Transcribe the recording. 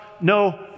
no